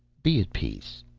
be at peace,